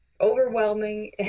overwhelming